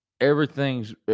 everything's